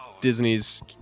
Disney's